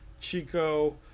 Chico